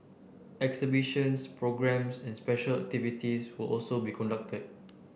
exhibitions programmes and special activities will also be conducted